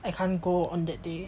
I can't go on that day